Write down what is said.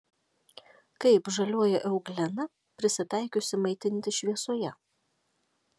kaip žalioji euglena prisitaikiusi maitintis šviesoje